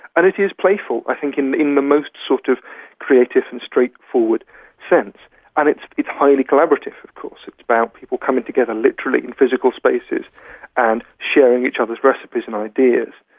and it is playful i think in in the most sort of creative and straightforward sense, and it's it's highly collaborative of course, it's about people coming together literally in physical spaces and sharing each other's recipes and ideas.